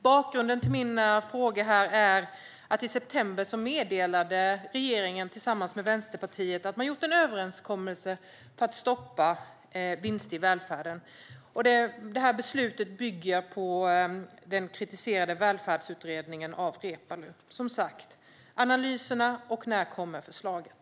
Bakgrunden till min fråga är att regeringen i september tillsammans med Vänsterpartiet meddelade att man gjort en överenskommelse för att stoppa "vinster i välfärden", ett beslut som bygger på den kritiserade Välfärdsutredningen av Reepalu. Var är analyserna, och när kommer förslaget?